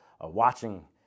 watching